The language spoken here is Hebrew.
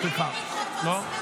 סליחה, לא?